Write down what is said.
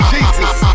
Jesus